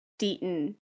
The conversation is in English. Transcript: Deaton